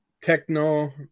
techno